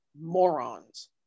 morons